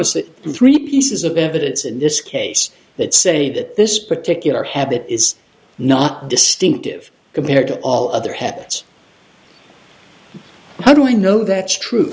see three pieces of evidence in this case that say that this particular habit is not distinctive compared to all other hats how do i know that's true